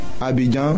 Abidjan